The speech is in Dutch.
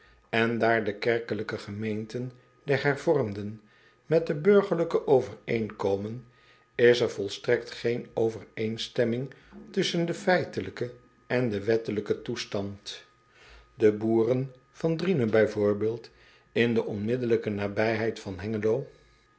en daar de kerkelijke gemeenten der ervormden met de burgerlijke overeenkomen is er volstrekt geen overeenstemming tusschen den feitelijken en den wettelijken toestand e boeren van riene b v in de onmiddellijke nabijheid van engelo